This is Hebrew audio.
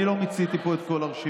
אני לא מיציתי פה את כל הרשימה.